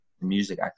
music